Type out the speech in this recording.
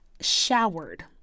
showered